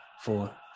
four